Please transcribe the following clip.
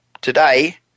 today